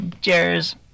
Cheers